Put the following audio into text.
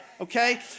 okay